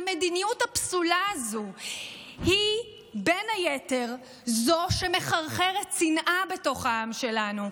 המדיניות הפסולה הזו היא בין היתר זו שמחרחרת שנאה בתוך העם שלנו.